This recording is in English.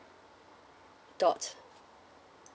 dot